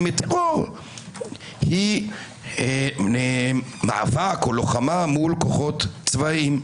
מטרור היא מאבק או לוחמה מול כוחות צבאיים.